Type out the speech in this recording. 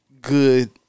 good